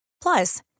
Plus